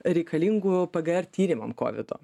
reikalingų pgr tyrimam kovido